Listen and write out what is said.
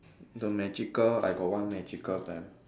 the magical I got one magical band